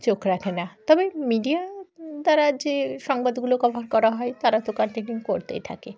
চোখ রাখে না তবে মিডিয়া দ্বারা যে সংবাদগুলো কভার করা হয় তারা তো কন্টিনিউ করতেই থাকে